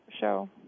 show